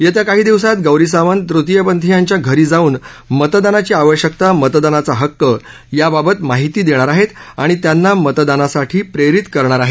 येत्या काही दिवसांत गौरी सावंत तृतीयपंथीयांच्या घरी जाऊन मतदानाची आवश्यकता मतदानाचा हक्क या बाबत माहिती देणार आहेत आणि त्यांना मतदानासाठी प्रेरित करणार आहेत